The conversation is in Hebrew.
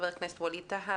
חבר הכנסת ווליד טאהא,